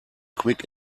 quick